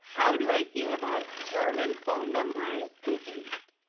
how do i feel about german phone numbers? confused.